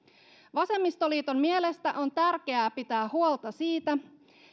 vasemmistoliiton mielestä on tärkeää pitää huolta siitä